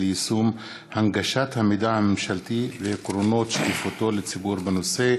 ליישום הנגשת המידע הממשלתי ועקרונות שקיפותו לציבור בנושא: